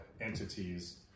entities